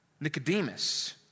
Nicodemus